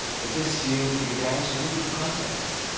with this view he began to read the context.